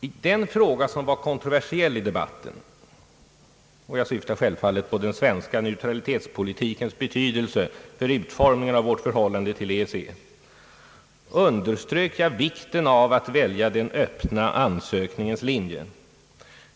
I den fråga som var kontroversiell i debatten — jag syftar självfallet på den svenska neutralitetspolitikens betydelse för utformningen av vårt förhållande till EEC — underströk jag vikten av att välja den öppna ansökningens linje.